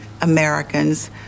Americans